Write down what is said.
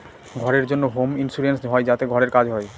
ঘরের জন্য home insurance হয় যাতে ঘরের কাজ হয়